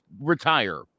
retire